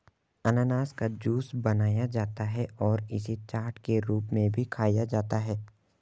अनन्नास का जूस बनाया जाता है और इसे चाट के रूप में भी खाया जाता है